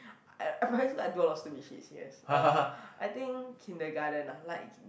I I primary school I do a lot of stupid shit serious uh I think Kindergarten ah like